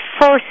first